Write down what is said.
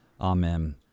Amen